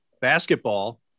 basketball